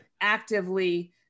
actively